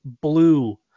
BLUE